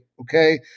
okay